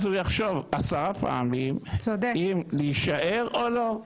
ואז הוא יחשוב הרבה פעמים אם להישאר או לא.